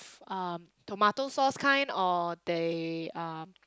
um tomato sauce kind or they um